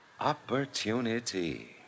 Opportunity